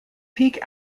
peak